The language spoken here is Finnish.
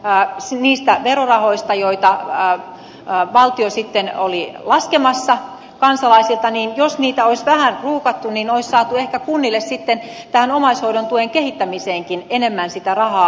ja sinisillä jos niitä verorahoja joita valtio oli laskemassa kansalaisilta olisi vähän rukattu niin olisi saatu ehkä kunnille sitten tähän omaishoidon tuen kehittämiseenkin enemmän sitä rahaa laitettua